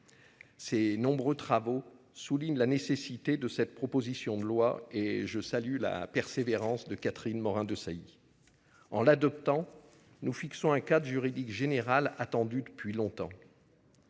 Ces nombreux travaux soulignent la nécessité de cette proposition de loi. À cet égard, je salue la persévérance de Catherine Morin-Desailly. En adoptant ce texte, nous fixons un cadre juridique général attendu depuis longtemps.